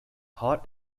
hot